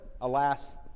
alas